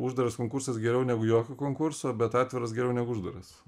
uždaras konkursas geriau negu jokio konkurso bet atviras geriau negu uždaras